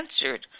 answered